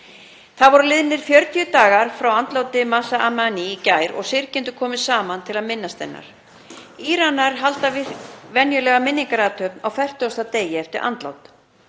Það voru liðnir 40 dagar frá andláti Mahsa Amini í gær og syrgjendur komu saman til að minnast hennar. Íranar halda venjulega minningarathöfn á 40. degi eftir andlát.